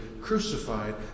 crucified